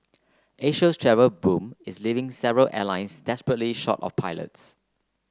Asia's travel boom is leaving several airlines desperately short of pilots